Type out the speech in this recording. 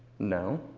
no?